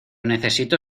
necesito